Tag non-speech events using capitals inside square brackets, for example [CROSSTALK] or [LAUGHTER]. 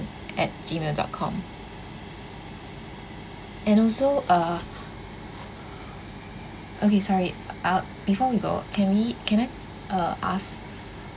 at Gmail dot com and also uh [BREATH] okay sorry uh before we go can we can I uh ask